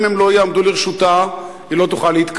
אם הם לא יעמדו לרשותה, היא לא תוכל להתקיים.